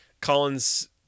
Collins